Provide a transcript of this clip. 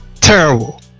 terrible